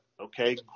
okay